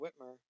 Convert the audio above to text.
Whitmer